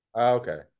Okay